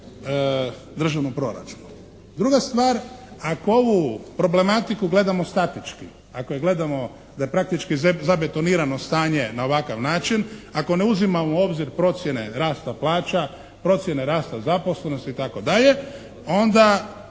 državnom proračunu. Druga stvar ako ovu problematiku gledamo statički, ako je gledamo da je praktički zabetonirano stanje na ovakav način, ako ne uzimamo u obzir procjene rasta plaća, procjene rasta zaposlenosti itd., onda